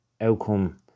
outcome